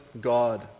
God